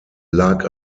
lag